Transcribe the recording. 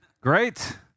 Great